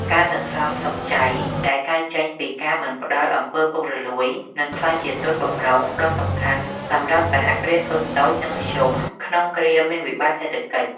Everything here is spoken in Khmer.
ការសន្សំសំចៃដែលកើតចេញពីការមិនផ្ដល់ អំពើពុករលួយ នឹងក្លាយជាទុនបម្រុងដ៏សំខាន់សម្រាប់ សហគ្រាសធុនតូច និងមធ្យម ក្នុងគ្រាមានវិបត្តិសេដ្ឋកិច្ច។